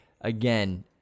again